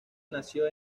nació